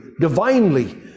divinely